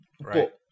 Right